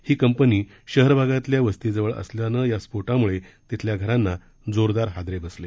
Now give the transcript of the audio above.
ही company शहर भागातल्या वस्तीजवळ असल्यानं या स्फोटामुळे तिथल्या घरांना जोरदार हादरे बसले